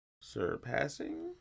Surpassing